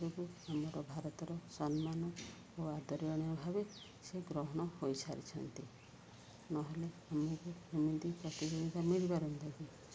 ଆମର ଭାରତର ସମ୍ମାନ ଓ ଆଦରଣୀୟ ଭାବେ ସେ ଗ୍ରହଣ ହୋଇସାରିଛନ୍ତି ନହେଲେ ଆମକୁ ଏମିତି ପ୍ରତିଯୋଗିତା ମିଳିପାରନ୍ତି କି